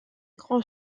grand